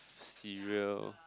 cereal